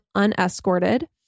unescorted